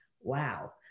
wow